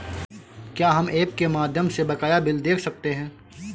क्या हम ऐप के माध्यम से बकाया बिल देख सकते हैं?